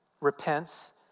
repents